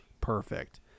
perfect